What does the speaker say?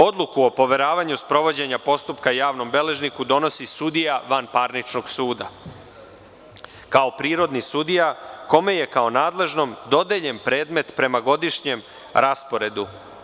Odluku o poveravanju sprovođenja postupka javnom beležniku donosi sudija vanparničnog suda kao prirodni sudija kome je kao nadležnom dodeljen predmet prema godišnjem rasporedu.